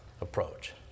approach